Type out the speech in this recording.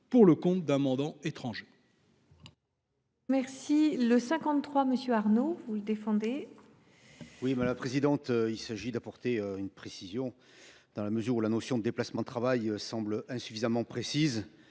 pour le compte d’un mandant étranger.